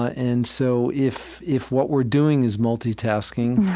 ah and so if if what we're doing is multitasking,